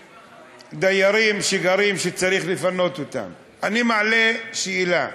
דיירים שגרים וצריך לפנות אותם, אני מעלה שאלה: